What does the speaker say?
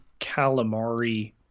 Calamari